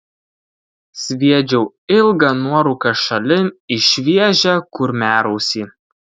sviedžiau ilgą nuorūką šalin į šviežią kurmiarausį